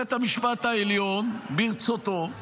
בית המשפט העליון, ברצותו,